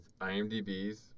IMDb's